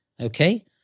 Okay